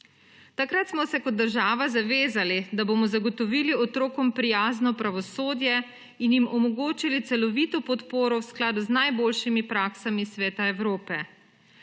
Takrat smo se kot država zavezali, da bomo zagotovili otrokom prijazno pravosodje in jim omogočili celovito podporo v skladu z najboljšimi praksami iz Sveta Evrope.